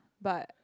but